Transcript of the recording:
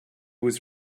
was